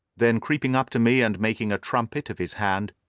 then creeping up to me and making a trumpet of his hand,